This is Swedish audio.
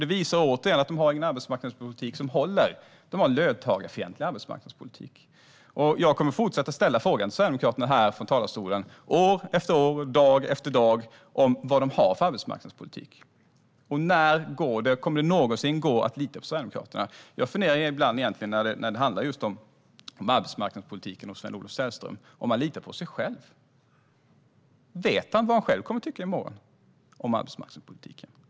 Det visar återigen att de inte har någon arbetsmarknadspolitik som håller. De har en löntagarfientlig arbetsmarknadspolitik. Jag kommer att fortsätta fråga Sverigedemokraterna här från talarstolen, dag efter dag, år efter år, vilken arbetsmarknadspolitik de har. När går det, kommer det någonsin att gå, att lita på Sverigedemokraterna? När det handlar om just arbetsmarknadspolitik funderar jag ibland på om Sven-Olof Sällström litar på sig själv. Vet han själv vad han kommer att tycka om arbetsmarknadspolitiken i morgon?